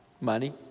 Money